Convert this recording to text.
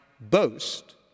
boast